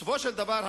בסופו של דבר,